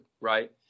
right